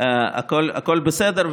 הכול בסדר.